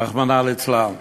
רחמנא ליצלן.